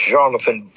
Jonathan